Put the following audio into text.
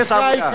אין ספק.